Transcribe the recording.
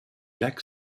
lac